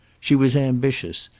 she was ambitious,